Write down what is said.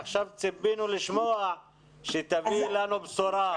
עכשיו ציפינו לשמוע שתביאי לנו בשורה.